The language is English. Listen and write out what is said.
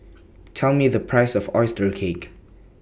Tell Me The Price of Oyster Cake